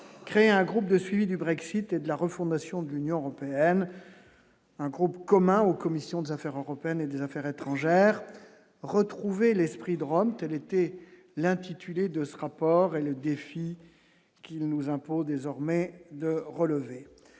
crée un groupe de suivi du Brexit et de la refondation de l'Union européenne, un groupe commun aux commissions des Affaires européennes et des Affaires étrangères, retrouver l'esprit de Rome : telle était l'intitulé de ce rapport est le défi qu'il nous impose désormais de relever